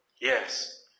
yes